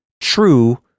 true